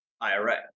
IRA